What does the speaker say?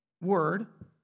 word